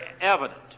evident